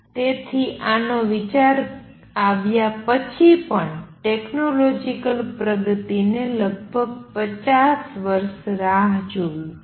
તેથી આનો વિચાર આવ્યા પછી પણ ટેક્નોલોજિકલ પ્રગતિને લગભગ 50 વર્ષ રાહ જોવી પડી